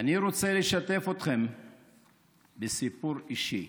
אני רוצה לשתף אתכם בסיפור אישי.